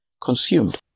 consumed